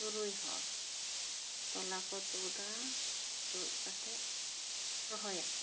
ᱛᱩᱨᱩᱭ ᱦᱚᱲ ᱛᱚᱞᱟ ᱠᱚ ᱛᱩᱫᱟ ᱛᱩᱫ ᱠᱟᱛᱮᱜ ᱨᱚᱦᱚᱭᱟᱠᱚ